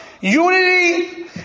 unity